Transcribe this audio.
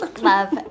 Love